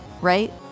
right